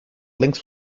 lynx